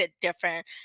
different